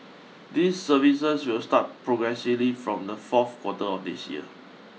these services will start progressively from the fourth quarter of this year